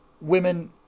women